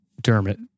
Dermot